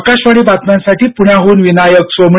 आकाशवाणी बातम्यांसाठी पुण्याहून विनायक सोमणी